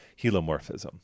Helomorphism